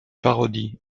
parodie